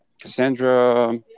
Cassandra